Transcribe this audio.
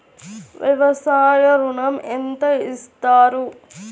వ్యవసాయ ఋణం ఎంత ఇస్తారు?